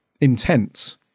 intense